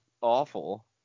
awful